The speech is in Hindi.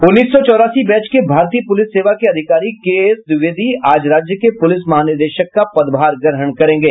उन्नीस सौ चौरासी बैच के भारतीय पुलिस सेवा के अधिकारी के एस द्विवेदी आज राज्य के पुलिस महानिदेशक का पदभार ग्रहण करेंगे